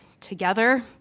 together